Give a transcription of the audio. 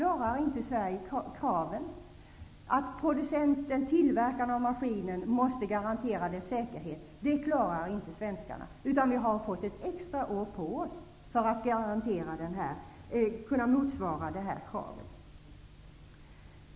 Att tillverkaren av maskinerna måste garantera säkerheten klarar inte svenskarna, utan vi har fått ett extra år på oss för att kunna motsvara detta krav.